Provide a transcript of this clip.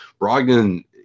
Brogdon